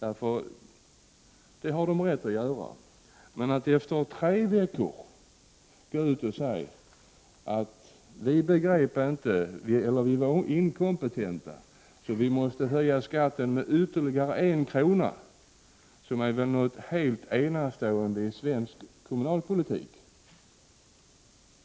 Vad det gäller är att socialdemokraterna efter tre veckor säger att de har varit inkompetenta och nu måste höja skatten med ytterligare en krona. Det är något helt enastående i svensk kommunalpolitik.